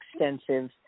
extensive